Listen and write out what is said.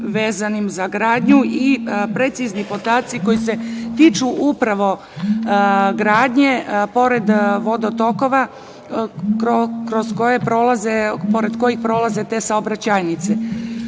vezanim za gradnju i precizni podaci koji se tiču upravo gradnje pored vodotokova pored kojih prolaze te saobraćajnice. Takođe